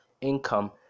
income